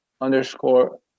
underscore